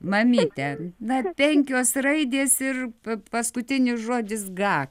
mamytė na penkios raidės ir paskutinis žodis gą